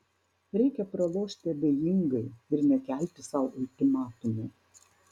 reikia pralošti abejingai ir nekelti sau ultimatumų